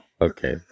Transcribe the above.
Okay